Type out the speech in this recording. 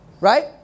Right